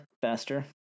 faster